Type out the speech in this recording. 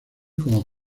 como